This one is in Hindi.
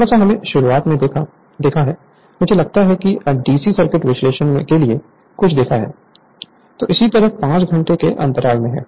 थोड़ा सा हमने शुरुआत में देखा है मुझे लगता है कि डीसी सर्किट विश्लेषण के लिए कुछ देखा है तो इसी तरह 5 घंटे के अंतराल में है